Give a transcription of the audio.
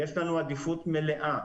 יש לנו עדיפות מלאה